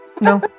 no